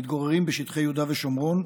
המתגוררים בשטחי יהודה ושומרון,